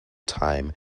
time